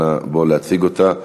אנא, בוא להציג אותה.